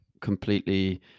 completely